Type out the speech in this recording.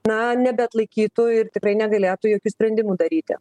na nebeatlaikytų ir tikrai negalėtų jokių sprendimų daryti